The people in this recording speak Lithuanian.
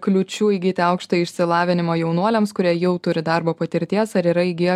kliūčių įgyti aukštąjį išsilavinimą jaunuoliams kurie jau turi darbo patirties ar yra įgiję